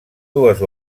dues